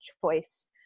choice